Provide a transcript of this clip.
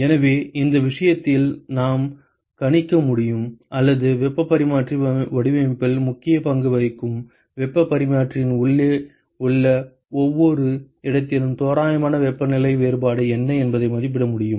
எனவே இந்த விஷயத்தில் நாம் கணிக்க முடியும் அல்லது வெப்பப் பரிமாற்றி வடிவமைப்பில் முக்கிய பங்கு வகிக்கும் வெப்பப் பரிமாற்றியின் உள்ளே உள்ள ஒவ்வொரு இடத்திலும் தோராயமான வெப்பநிலை வேறுபாடு என்ன என்பதை மதிப்பிட முடியும்